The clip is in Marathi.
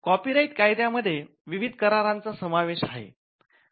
कॉपी राईट कायद्या मध्ये विविध करारांचा समावेश आहे